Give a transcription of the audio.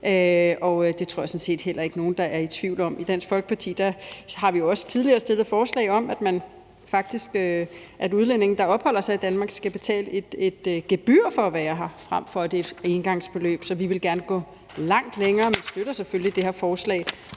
og det tror jeg sådan set heller ikke nogen er i tvivl om. I Dansk Folkeparti har vi jo også tidligere stillet forslag om, at udlændinge, der opholder sig i Danmark, skal betale et gebyr for at være her, frem for at det er et engangsbeløb. Så vi vil gerne gå langt længere, men støtter selvfølgelig det her forslag